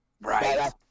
Right